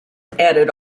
added